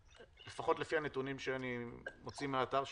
לפחות לפי הנתונים שאני מוציא מהאתר שלכם,